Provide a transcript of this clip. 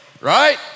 right